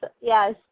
yes